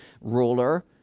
ruler